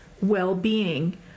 well-being